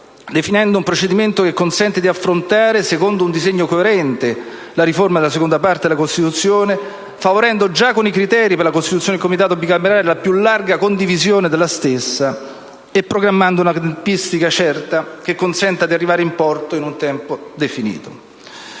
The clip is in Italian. definendo un procedimento che consente di affrontare, secondo un disegno coerente, la riforma della seconda parte della Costituzione, favorendo già con i criteri per la costituzione del Comitato bicamerale la più larga condivisione della stessa e programmando una tempistica certa che consenta di arrivare in porto in un tempo definito.